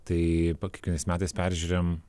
tai kiekvienais metais peržiūrim